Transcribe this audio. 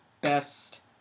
best